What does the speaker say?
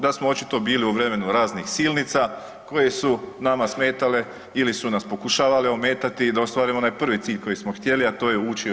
Da smo očito bili u vremenu raznih silnica koje su nama smetale ili su nas pokušavali ometati da ostvarimo onaj prvi cilj koji smo htjeli, a to je ući u EU.